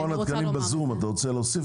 מכון התקנים בזום, את רוצה להוסיף